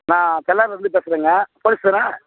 நான் தெள்ளார்லேருந்து பேசுகிறேங்க போலீஸ் தானே